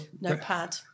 Notepad